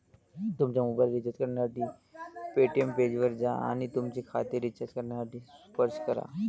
तुमचा mobile recharge करण्यासाठी Paytm ऐपवर जा आणि तुमचे खाते रिचार्ज करण्यासाठी स्पर्श करा